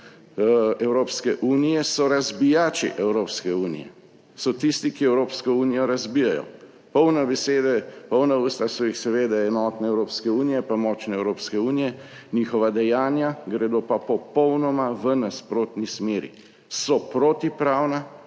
Evropske unije so razbijači Evropske unije, so tisti, ki Evropsko unijo razbijajo, polne besede, polna usta so jih seveda, enotne Evropske unije, pa močne Evropske unije, njihova dejanja gredo pa popolnoma v nasprotni smeri, so protipravna,